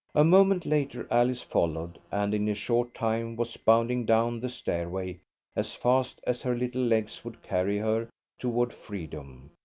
a moment later alice followed, and in a short time was bounding down the stairway as fast as her little legs would carry her toward freedom,